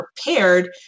prepared